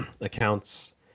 accounts